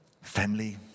Family